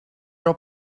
your